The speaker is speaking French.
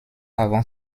avant